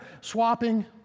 swapping